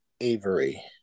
Avery